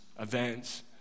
Events